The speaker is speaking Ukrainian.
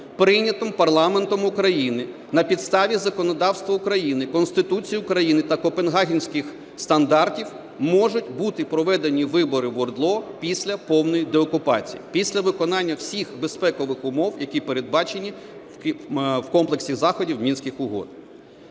прийнятим парламентом України, на підставі законодавства України, Конституції України та Копенгагенських стандартів можуть бути проведені вибори в ОРДЛО після повної деокупації, після виконання всіх безпекових умов, які передбачені в комплексі заходів Мінських угод.